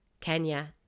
Kenya